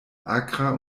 akra